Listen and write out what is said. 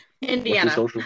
Indiana